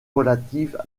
relative